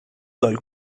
dal